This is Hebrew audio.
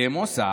דמוס,